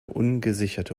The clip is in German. ungesicherte